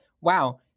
wow